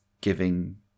giving